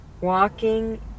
Walking